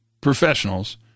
professionals